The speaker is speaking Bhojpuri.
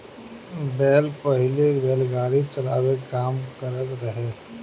बैल पहिले बैलगाड़ी चलावे के काम करत रहे